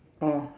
oh